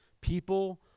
People